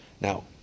Now